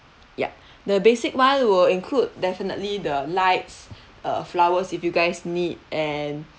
ya the basic [one] will include definitely the lights uh flowers if you guys need and